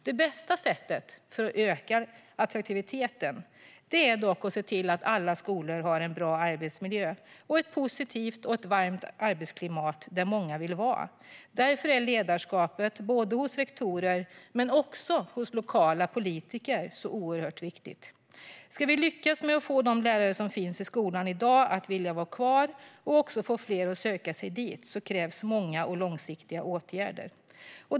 Det bästa sättet att öka attraktiviteten är dock att se till att alla skolor har en bra arbetsmiljö och ett positivt och varmt klimat där många vill vara. Därför är ledarskapet, både hos rektorer och hos lokala politiker, oerhört viktigt. Om vi ska lyckas med att få de lärare som finns i skolan i dag att vilja vara kvar och även få fler att söka sig dit krävs många och långsiktiga åtgärder.